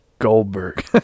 Goldberg